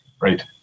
right